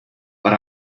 but